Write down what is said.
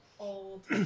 Old